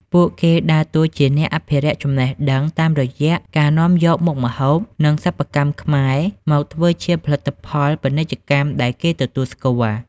ពួកគេដើរតួជាអ្នកអភិរក្សចំណេះដឹងតាមរយៈការនាំយកនូវមុខម្ហូប និងសិប្បកម្មខ្មែរមកធ្វើជាផលិតផលពាណិជ្ជកម្មដែលគេទទួលស្គាល់។